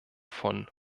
von